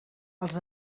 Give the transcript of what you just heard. els